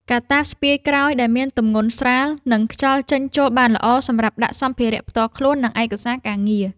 កាតាបស្ពាយក្រោយដែលមានទម្ងន់ស្រាល និងខ្យល់ចេញចូលបានល្អ សម្រាប់ដាក់សម្ភារៈផ្ទាល់ខ្លួន និងឯកសារការងារ។